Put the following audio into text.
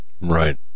Right